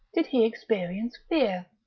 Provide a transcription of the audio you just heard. did he experience fear.